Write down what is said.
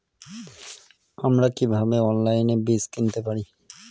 আমরা কীভাবে অনলাইনে বীজ কিনতে পারি?